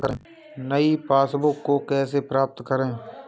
नई पासबुक को कैसे प्राप्त करें?